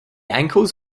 ankles